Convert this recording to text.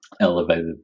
elevated